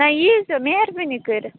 نہَ ییٖزیٚو مہربٲنی کٔرِتھ